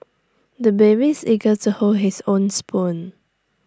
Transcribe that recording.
the babies eager to hold his own spoon